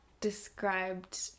described